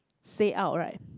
say out right